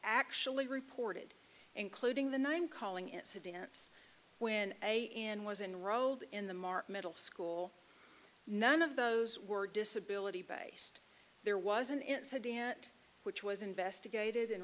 actually reported including the nine calling incidents when a and was enrolled in the marc middle school none of those were disability based there was an incident which was investigated in